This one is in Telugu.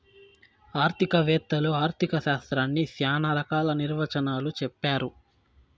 ఆర్థిక వేత్తలు ఆర్ధిక శాస్త్రాన్ని శ్యానా రకాల నిర్వచనాలు చెప్పారు